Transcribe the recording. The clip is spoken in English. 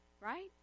right